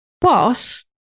boss